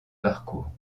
parcours